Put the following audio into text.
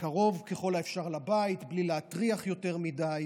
קרוב ככל האפשר לבית, בלי להטריח יותר מדי,